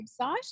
website